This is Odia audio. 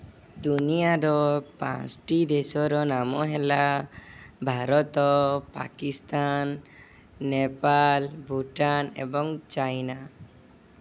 ଦୁନିଆର ପାଞ୍ଚଟି ଦେଶର ନାମ ହେଲା ଭାରତ ପାକିସ୍ତାନ ନେପାଳ ଭୁଟାନ ଏବଂ ଚାଇନା